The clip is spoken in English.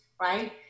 right